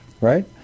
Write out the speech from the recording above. right